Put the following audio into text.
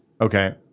Okay